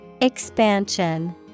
Expansion